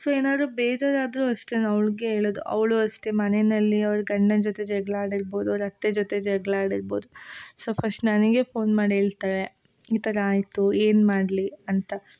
so ಏನಾದ್ರೂ ಬೇಜಾರಾದ್ರೂ ಅಷ್ಟೇ ನಾನು ಅವ್ಳಿಗೇ ಹೇಳೋದ್ ಅವಳೂ ಅಷ್ಟೇ ಮನೆಯಲ್ಲಿ ಅವ್ಳ ಗಂಡನ ಜೊತೆ ಜಗಳ ಆಡಿರ್ಬೋದು ಅವ್ಳ ಅತ್ತೆ ಜೊತೆ ಜಗಳ ಆಡಿರ್ಬೋದು ಸೊ ಫಸ್ಟ್ ನನಗೆ ಪೋನ್ ಮಾಡಿ ಹೇಳ್ತಾಳೆ ಈ ಥರ ಆಯಿತು ಏನು ಮಾಡಲಿ ಅಂತ